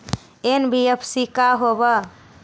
NBFC का होब?